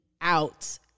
out